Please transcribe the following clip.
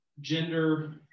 gender